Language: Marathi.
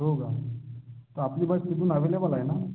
हो का तर आपली बस इथून अॅव्हेलेबल आहे ना